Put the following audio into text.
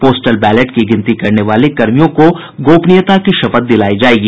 postal ballot की गिनती करने वाले कर्मियों को गोपनीयता की शपथ दिलायी जायेगी